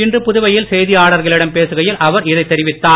இன்று புதுவையில் செய்தியாளர்களிடம் பேசுகையில் அவர் இதைத் தெரிவித்தார்